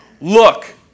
look